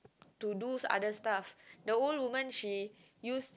to do other stuff the old women she use